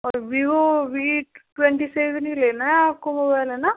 और Vivo V twenty seven ही लेना है आपको मोबाइल है न